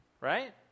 right